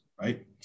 right